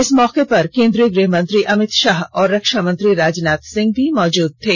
इस मौके पर केन्द्रीय गृहमंत्री अमित शाह और रक्षा मंत्री राजनाथ सिंह भी मौजूद थे